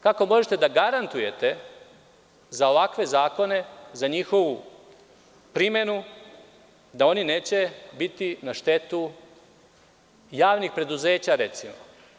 Kako možete da garantujete za ovakve zakone, za njihovu primenu, da oni neće biti na štetu javnih preduzeća, recimo?